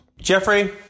Jeffrey